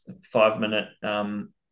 five-minute